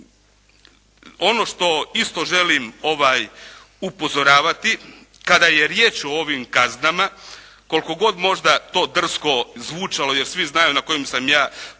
Ono što isto želim upozoravati kada je riječ o ovim kaznama, koliko god možda to drsko zvučalo jer svi znaju na kojim sam ja pozicijama